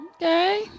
Okay